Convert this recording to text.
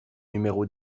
numéro